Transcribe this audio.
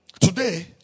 Today